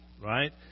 right